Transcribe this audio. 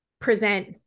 present